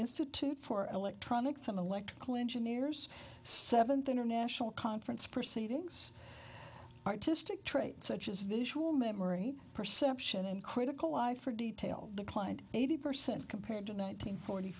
institute for electronics and electrical engineers seventh international conference proceedings artistic trait such as visual memory perception and critical eye for detail declined eighty percent compared to nineteen forty